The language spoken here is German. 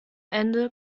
ende